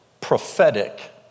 prophetic